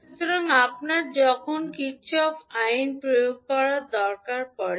সুতরাং আপনার যখন কারশফের ভোল্টেজ আইন প্রয়োগ করার দরকার পড়ে